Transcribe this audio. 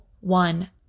one